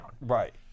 Right